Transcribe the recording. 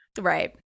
Right